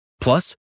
Plus